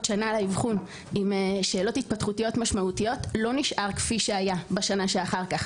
לאבחון שנה עם שאלות התפתחותיות משמעותיות לא נשאר בשנה שאחר כך